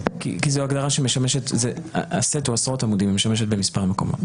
הגשת בקשה לפי תקנה זו לא תדחה את מועד קיום האסיפות,